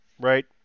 Right